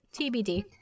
tbd